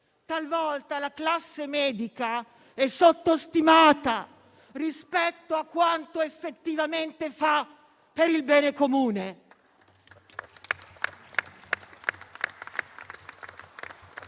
talvolta la classe medica è sottostimata rispetto a quanto effettivamente fa per il bene comune